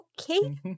okay